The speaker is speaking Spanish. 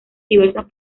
diversas